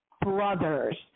brothers